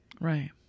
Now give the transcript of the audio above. right